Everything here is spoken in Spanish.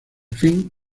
fin